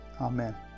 amen